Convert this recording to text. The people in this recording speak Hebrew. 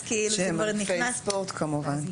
אז זה נכנס פה.